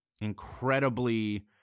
incredibly